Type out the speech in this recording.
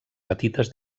petites